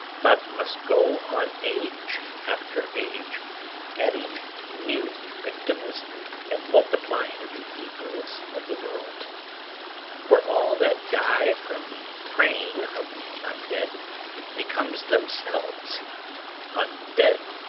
but must go on age after age adding new victims and multiplying the evils of the world for all that die from the preying of the un-dead becomes themselves un-dead,